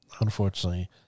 unfortunately